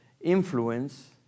influence